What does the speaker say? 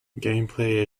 gameplay